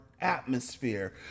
atmosphere